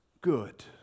good